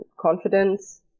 confidence